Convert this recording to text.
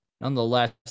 nonetheless